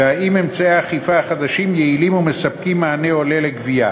והאם אמצעי האכיפה החדשים יעילים ומספקים מענה הולם לגבייה